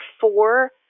four